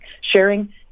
Sharing